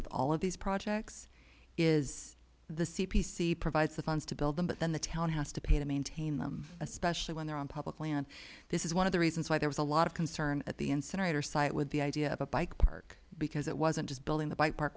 with all of these projects is the c p c provides the funds to build them but then the town has to pay to maintain them especially when they're on public land this is one of the reasons why there was a lot of concern at the incinerator site with the idea of a bike park because it wasn't just building the